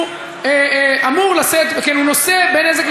הוא נושא בנזק,